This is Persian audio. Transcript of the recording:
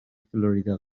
فلوریدا